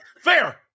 Fair